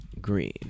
green